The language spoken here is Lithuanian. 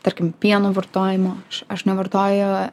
tarkim pieno vartojimo aš aš nevartoju